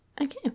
Okay